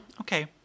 Okay